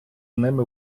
ними